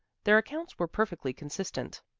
their accounts were perfectly consistent.